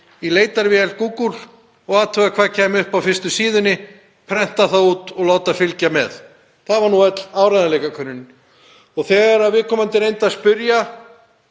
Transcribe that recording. í leitarvél Google og athuga hvað kæmi upp á fyrstu síðunni, prenta það út og láta það fylgja með. Það var nú öll áreiðanleikakönnunin. Og þegar hann svo reyndi að spyrja